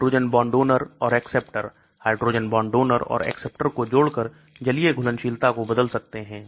hydrogen bond donor और acceptor hydrogen bond donor और acceptor को जोड़कर जलीय घुलनशीलता को बदल सकते हैं